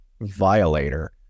Violator